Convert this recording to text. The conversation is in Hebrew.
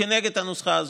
כנגד הנוסחה הזאת,